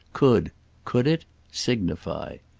could could it signify.